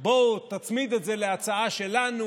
בואו, תצמיד את זה להצעה שלנו.